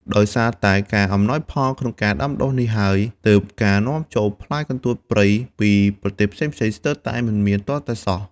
ដោយសារតែការអំណោយផលក្នុងការដាំដុះនេះហើយ ទើបការនាំចូលផ្លែកន្ទួតព្រៃពីប្រទេសផ្សេងៗស្ទើរតែមិនមានទាល់តែសោះ។